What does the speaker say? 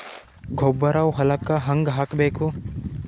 ಗೊಬ್ಬರ ಹೊಲಕ್ಕ ಹಂಗ್ ಹಾಕಬೇಕು?